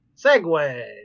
Segway